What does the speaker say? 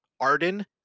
Arden